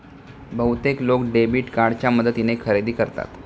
बहुतेक लोक डेबिट कार्डच्या मदतीने खरेदी करतात